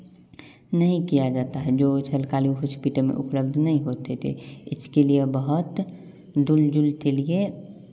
नहीं किया जाता है जो सरकारी हॉस्पिटल में उपलब्ध नहीं होते थे इसके लिए बहुत दूर दूर के लिए